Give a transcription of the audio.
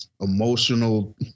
emotional